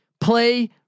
Play